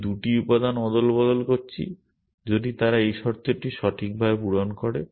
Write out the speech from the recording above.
আমি 2টি উপাদান অদলবদল করছি যদি তারা এই শর্তটি সঠিকভাবে পূরণ করে